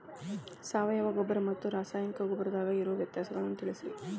ಸಾವಯವ ಗೊಬ್ಬರ ಮತ್ತ ರಾಸಾಯನಿಕ ಗೊಬ್ಬರದಾಗ ಇರೋ ವ್ಯತ್ಯಾಸಗಳನ್ನ ತಿಳಸ್ರಿ